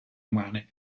umane